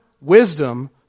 wisdom